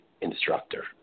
instructor